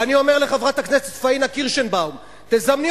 ואני אומר לחברת הכנסת פאינה קירשנבאום: תזמני